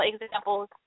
examples